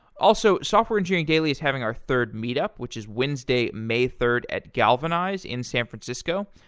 also, software engineering daily is having our third meet up, which is wednesday, may third at galvanize in san francisco.